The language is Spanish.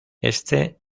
este